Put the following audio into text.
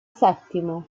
settimo